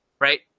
right